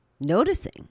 noticing